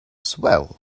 swell